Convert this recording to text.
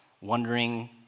wondering